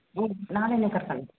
ಹ್ಞೂ ನಾಳೆನೇ ಕರ್ಕಂಡು ಬರ್ತೀನಿ